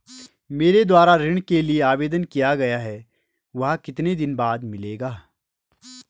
मेरे द्वारा ऋण के लिए आवेदन किया गया है वह कितने दिन बाद मिलेगा?